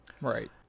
Right